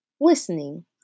listening